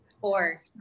four